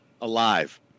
Alive